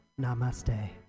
Namaste